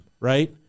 right